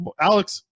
Alex